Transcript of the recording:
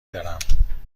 دارم